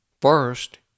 first